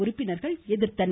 உறுப்பினர்கள் எதிர்த்தனர்